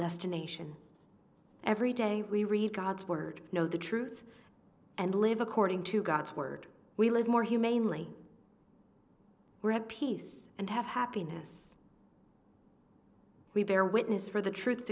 destination every day we read god's word know the truth and live according to god's word we live more humanely we have peace and have happiness we bear witness for the tr